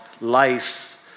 life